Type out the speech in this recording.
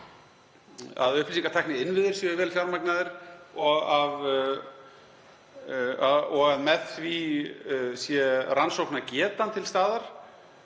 að upplýsingatækniinnviðir séu vel fjármagnaðir og að með því sé rannsóknargetan til staðar.